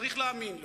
צריך להאמין לו.